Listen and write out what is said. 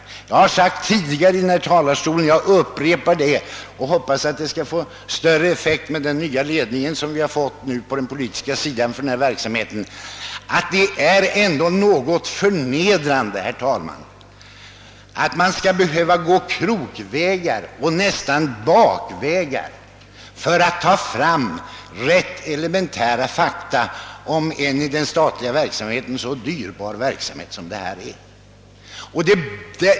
Jag har tidigare från denna talarstol framhållit, och jag upprepar det och hoppas att det skall få större effekt med den nya ledning som tillträtt för denna verksamhet på den politiska sidan, att det ändock, herr talman, är någonting förnedrande i att man skall behöva gå krokvägar, nästan bakvägar, för att få fram rätt elementära fakta om en på det statliga området så dyrbar verksamhet som denna.